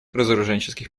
разоруженческих